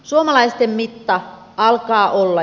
suomalaisten mitta alkaa olla